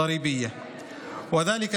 הבדואיים בכפרים הלא-מוכרים שלנו לקבל הקלות במס,